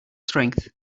strength